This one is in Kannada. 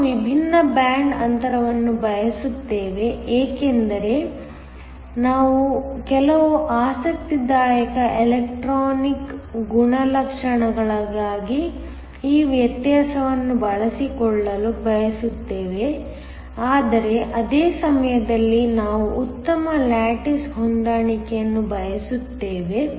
ನಾವು ವಿಭಿನ್ನ ಬ್ಯಾಂಡ್ ಅಂತರವನ್ನು ಬಯಸುತ್ತೇವೆ ಏಕೆಂದರೆ ನಾವು ಕೆಲವು ಆಸಕ್ತಿದಾಯಕ ಎಲೆಕ್ಟ್ರಾನಿಕ್ ಗುಣಲಕ್ಷಣಗಳಿಗಾಗಿ ಈ ವ್ಯತ್ಯಾಸವನ್ನು ಬಳಸಿಕೊಳ್ಳಲು ಬಯಸುತ್ತೇವೆ ಆದರೆ ಅದೇ ಸಮಯದಲ್ಲಿ ನಾವು ಉತ್ತಮ ಲ್ಯಾಟಿಸ್ ಹೊಂದಾಣಿಕೆಯನ್ನು ಬಯಸುತ್ತೇವೆ